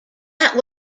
that